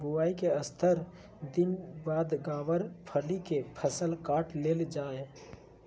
बुआई के सत्तर दिन बाद गँवार फली के फसल काट लेल जा हय